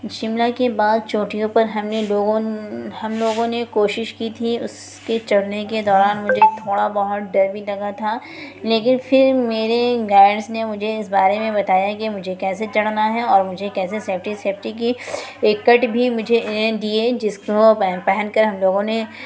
شملہ کے بعد چوٹیوں پر ہم نے لوگوں ہم لوگوں نے کوشش کی تھی اس کے چڑھنے کے دوران مجھے تھوڑا بہت ڈر بھی لگا تھا لیکن پھر میرے گائڈس نے مجھے اس بارے میں بتایا کہ مجھے کیسے چڑھنا ہے اور مجھے کیسے سیفٹی سیفٹی کی ایک کٹ بھی مجھے دیے جس کو پہن کر ہم لوگوں نے